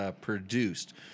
produced